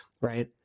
right